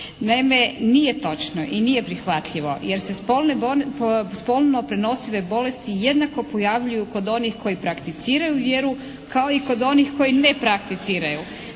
Naime nije točno i nije prihvatljivo. Jer se spolne, spolno prenosive bolesti jednako pojavljuju kod onih koji prakticiraju vjeru kao i kod onih koji ne prakticiraju.